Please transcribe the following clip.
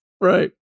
right